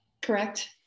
correct